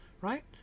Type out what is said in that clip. Right